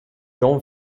jean